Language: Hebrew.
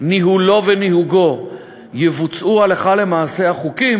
ניהולו והנהגתו יבוצעו הלכה למעשה החוקים,